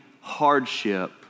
hardship